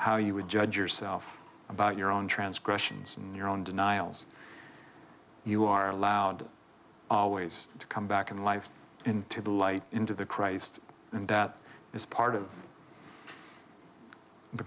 how you would judge yourself about your own transgressions and your own denials you are allowed all ways to come back in life into the light into the christ and that is part of the